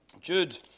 Jude